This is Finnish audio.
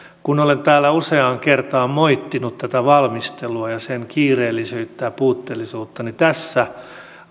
kun olen täällä useaan kertaan moittinut tätä valmistelua ja sen kiireellisyyttä ja puutteellisuutta niin tässä